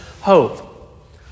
hope